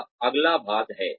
वह अगला भाग है